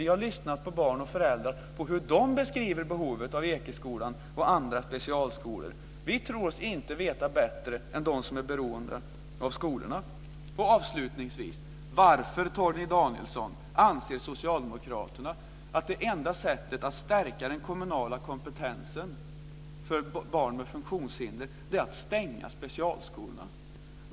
Vi har lyssnat på barn och föräldrar och på hur de beskriver behovet av Ekeskolan och andra specialskolor. Vi tror oss inte veta bättre än de som är beroende av skolorna. Avslutningsvis: Varför, Torgny Danielsson, anser socialdemokraterna att det enda sättet att stärka den kommunala kompetensen för barn med funktionshinder är att stänga specialskolorna?